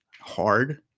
hard